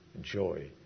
joy